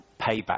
payback